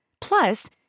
Plus